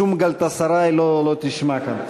שום "גלאטסראיי" לא תשמע כאן.